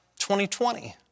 2020